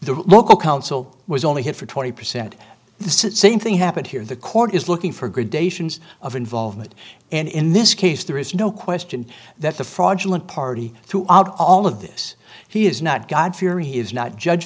the local council was only good for twenty percent this it same thing happened here the court is looking for gradations of involvement and in this case there is no question that the fraudulent party throughout all of this he is not god fearing he is not judge